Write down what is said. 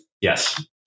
Yes